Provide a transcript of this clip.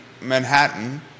Manhattan